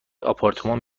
آپارتمان